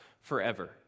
forever